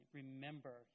remember